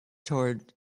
toward